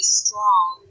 strong